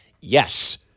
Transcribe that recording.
yes